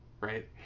right